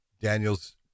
Daniel's